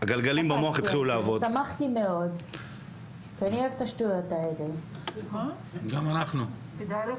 הגלגלים במוח התחילו לעבוד ואני רוצה להגיד לכם,